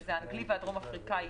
שזה האנגלי והדרום אפריקאי,